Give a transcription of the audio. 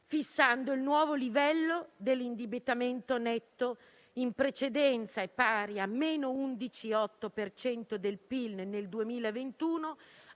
fissando il nuovo livello dell'indebitamento netto, in precedenza pari a -11,8 per cento del PIL nel 2021,